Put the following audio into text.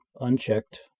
unchecked